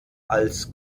als